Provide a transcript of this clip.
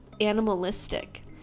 animalistic